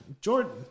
Jordan